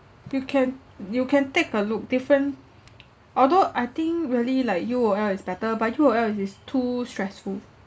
you can you can take a look different although I think really like U_O_L is better but U_O_L it is too stressful